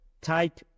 type